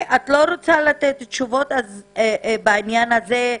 את לא רוצה לתת תשובות בעניין הזה,